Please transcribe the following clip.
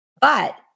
But-